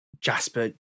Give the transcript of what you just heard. Jasper